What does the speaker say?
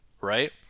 right